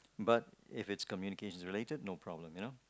but if it's communications related no problem you know